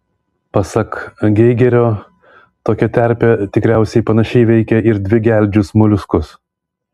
pasak geigerio tokia terpė tikriausiai panašiai veikia ir dvigeldžius moliuskus